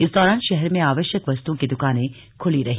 इस दौरान शहर में आवश्यक वस्तुओं की दुकाने खुली रहीं